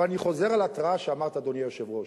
אבל אני חוזר על ההתרעה שאמרת, אדוני היושב-ראש: